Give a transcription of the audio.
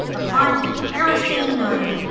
a pint of kerosene-o!